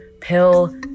pill